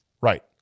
right